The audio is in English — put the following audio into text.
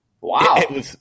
Wow